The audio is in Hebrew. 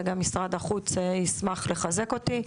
ומשרד החוץ ישמח לחזק אותי,